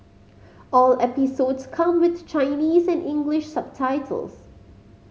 all episodes come with Chinese and English subtitles